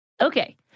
Okay